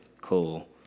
Cool